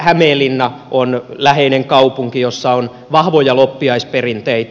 hämeenlinna on läheinen kaupunki jossa on vahvoja loppiaisperinteitä